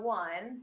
one